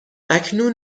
اکنون